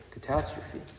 catastrophe